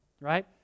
right